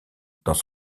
dans